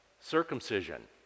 circumcision